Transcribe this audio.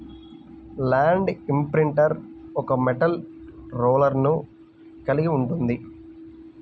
land imprinter ఒక metal రోలర్ను కలిగి ఉంటుంది